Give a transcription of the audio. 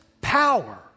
power